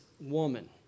woman